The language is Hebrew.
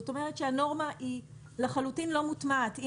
זאת אומרת שהנורמה לחלוטין לא מוטמעת.